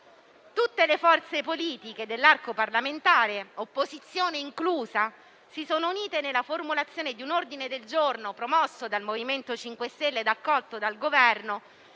tutte le forze politiche dell'arco parlamentare, opposizione inclusa, si sono unite nella formulazione di un ordine del giorno, promosso dal MoVimento 5 Stelle e accolto dal Governo,